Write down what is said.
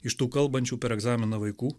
iš tų kalbančių per egzaminą vaikų